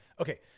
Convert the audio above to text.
Okay